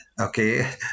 okay